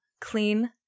Clean